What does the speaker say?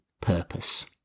purpose